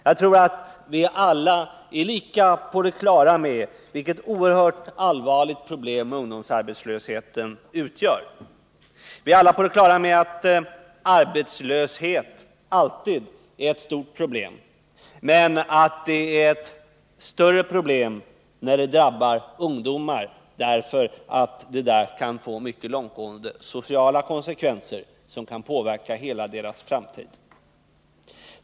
Jag tror att vi alla är lika mycket på det klara med vilket oerhört allvarligt problem ungdomsarbetslösheten utgör. Vi är alla på det klara med att arbetslöshet alltid är ett stort problem men att det är ett större problem när den drabbar ungdomar, eftersom den då kan få mycket långtgående sociala konsekvenser som kan påverka hela deras framtid.